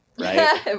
right